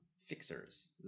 fixers